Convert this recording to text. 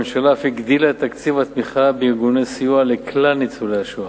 הממשלה אף הגדילה את תקציב התמיכה בארגוני סיוע לכלל ניצולי השואה,